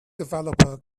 developer